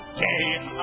game